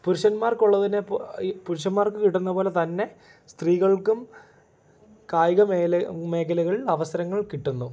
പുരുഷന്മാർക്ക് ഉള്ളതിനെ പോലെ ഈ പുരുഷന്മാർക്ക് കിട്ടുന്ന പോലെ തന്നെ സ്ത്രീകൾക്കും കായിക മേഖല മേഖലകൾ അവസരങ്ങൾ കിട്ടുന്നു